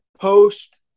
post